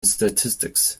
statistics